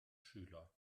schüler